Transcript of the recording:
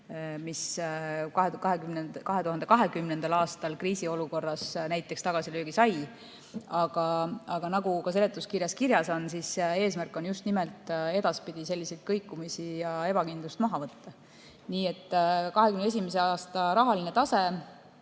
mis 2020. aastal kriisiolukorras näiteks tagasilöögi sai. Aga nagu ka seletuskirjas kirjas on, eesmärk on edaspidi just nimelt selliseid kõikumisi ja ebakindlust maha võtta. 2021. aasta rahaline tase